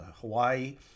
Hawaii